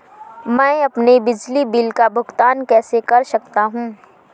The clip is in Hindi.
मैं अपने बिजली बिल का भुगतान कैसे कर सकता हूँ?